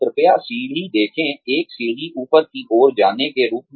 कृपया सीढ़ी देखें एक सीढ़ी ऊपर की ओर जाने के रूप में